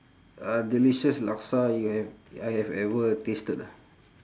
uh delicious laksa you have I have ever tasted ah